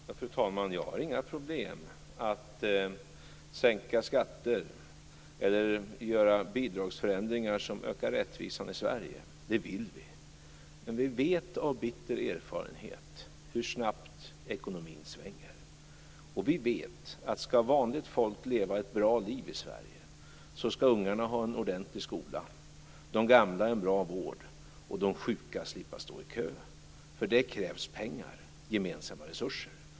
Fru talman! Jag har inga problem att sänka skatter eller göra bidragsförändringar som ökar rättvisan i Sverige. Det vill vi. Men vi vet av bitter erfarenhet hur snabbt ekonomin svänger. Vi vet att om vanligt folk skall leva ett bra liv i Sverige skall ungarna ha en ordentlig skola, de gamla en bra vård och de sjuka slippa stå i kö. För det krävs pengar och gemensamma resurser.